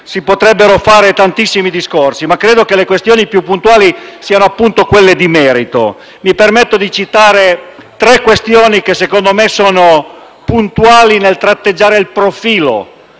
Si potrebbero fare tantissimi discorsi, ma credo che le questioni più puntuali siano quelle di merito. Mi permetto di citare tre questioni che sono a mio avviso puntuali nel tratteggiare il profilo